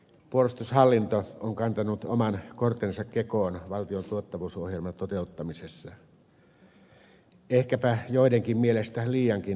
puolustushallinto on kantanut oman kortensa kekoon valtion tuottavuusohjelman toteuttamisessa ehkäpä joidenkin mielestä liiankin tehokkaasti